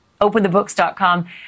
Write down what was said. OpenTheBooks.com